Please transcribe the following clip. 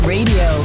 Radio